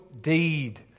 deed